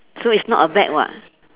so is not a bag [what]